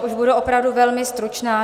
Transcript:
Už budu opravdu velmi stručná.